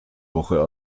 woche